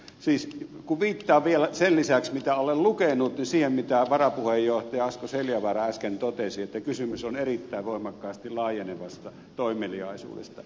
siis viittaan vielä sen lisäksi mitä olen lukenut siihen mitä varapuheenjohtaja asko seljavaara äsken totesi että kysymys on erittäin voimakkaasti laajenevasta toimeliaisuudesta